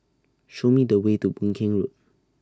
Show Me The Way to Boon Keng Road